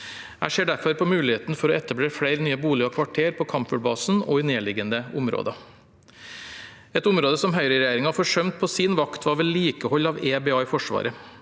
Jeg ser derfor på muligheten for å etablere flere nye boliger og kvarterer på kampflybasen og i nærliggende områder. Et område som høyreregjeringen forsømte på sin vakt, er vedlikehold av eiendommer,